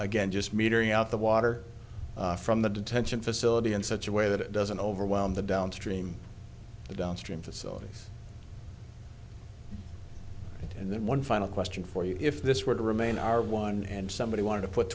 again just metering out the water from the detention facility in such a way that it doesn't overwhelm the downstream downstream facilities and then one final question for you if this were to remain our one and somebody wanted to put